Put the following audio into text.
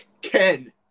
Ken